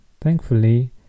Thankfully